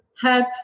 help